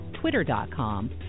twitter.com